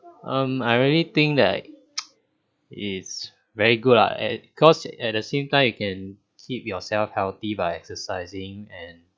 um I really think that it's very good ah at cause at the same time you can keep yourself healthy by exercising and